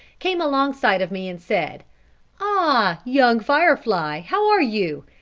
came alongside of me, and said ah, young firefly, how are you?